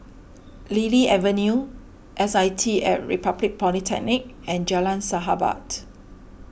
Lily Avenue S I T at Republic Polytechnic and Jalan Sahabat